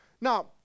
Now